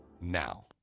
Now